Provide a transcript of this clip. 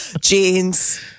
jeans